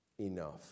enough